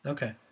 Okay